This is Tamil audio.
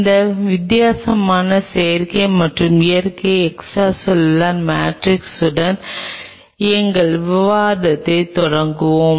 இந்த வித்தியாசமான செயற்கை மற்றும் இயற்கை எக்ஸ்ட்ராசெல்லுலர் மேட்ரிக்ஸுடன் எங்கள் விவாதத்தைத் தொடங்குவோம்